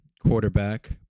quarterback